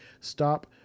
stop